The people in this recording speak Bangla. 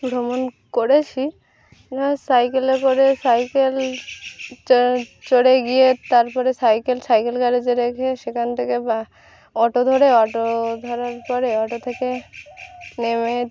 ভ্রমণ করেছি সাইকেলে করে সাইকেল চড়ে গিয়ে তারপরে সাইকেল সাইকেল গ্যারেজে রেখে সেখান থেকে বা অটো ধরে অটো ধরার পরে অটো থেকে নেমে